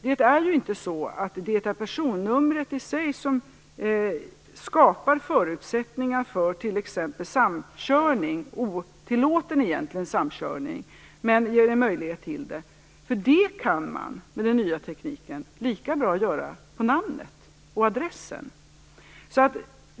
Det är inte så att det är personnumret i sig som skapar förutsättningar för t.ex. samkörning, egentligen otillåten samkörning, men det ger en möjlighet till det. Det kan man med den nya tekniken göra lika bra på namnet och adressen.